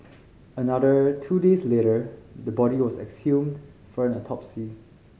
another two days later the body was exhumed for an autopsy